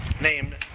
named